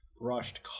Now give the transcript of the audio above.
brushed